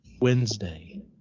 Wednesday